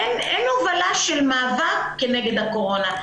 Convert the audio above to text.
אין הובלה של מאבק כנגד הקורונה.